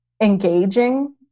engaging